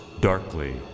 Darkly